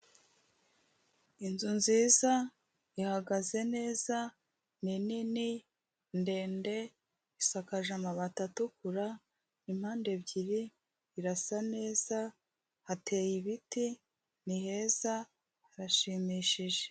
Inzu nziza ihagaze neza ni nini ndende isakaje amabati atukura impande ebyiri irasa neza hateye ibiti ni heza harashimishije.